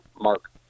Mark